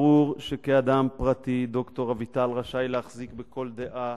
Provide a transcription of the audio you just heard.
ברור שכאדם פרטי ד"ר אביטל רשאי להחזיק בכל דעה